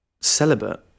celibate